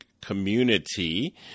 community